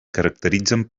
caracteritzen